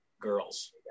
girls